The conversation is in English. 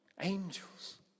angels